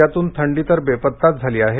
राज्यातून थंडीतर बेपत्ताच झाली आहे